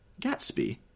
Gatsby